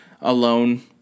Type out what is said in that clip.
alone